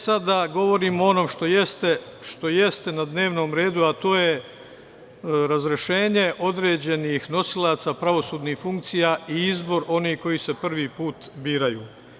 Sada da govorim ono što jeste na dnevnom redu, a to je razrešenje određenih nosilaca pravosudnih funkcija i izbor onih koji se prvi put biraju.